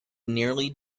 nearly